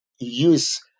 use